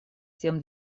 тем